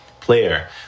player